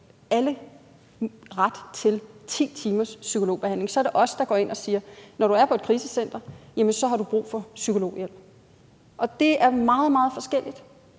alle ret til 10 timers psykologbehandling. Så er det os, der går ind og siger, at når du er på et krisecenter, så har du brug for psykologhjælp. Det er meget, meget forskelligt.